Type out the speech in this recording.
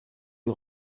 die